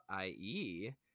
ie